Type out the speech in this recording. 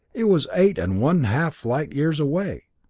it was eight and one half light years away!